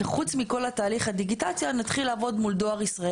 שחוץ מכל תהליך הדיגיטציה נתחיל לעבוד מול דואר ישראל.